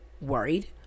worried